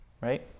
right